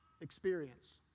experience